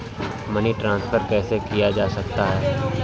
Money transfer कैसे किया जा सकता है?